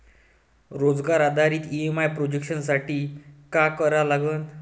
रोजगार आधारित EMI projection साठी का करा लागन?